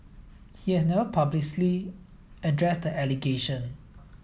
he has never publicly addressed the allegation